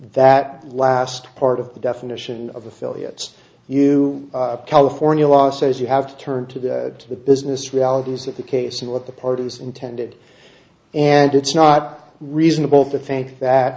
that last part of the definition of affiliates you california law says you have to turn to the business realities of the case and what the parties intended and it's not reasonable to think that